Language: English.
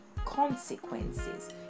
Consequences